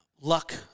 luck